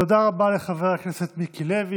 תודה רבה לחבר הכנסת מיקי לוי.